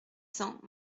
cents